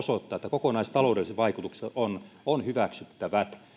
osoittaa että kokonaistaloudelliset vaikutukset ovat hyväksyttävät